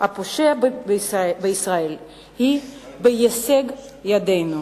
הפושה בישראל היא בהישג ידנו.